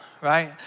right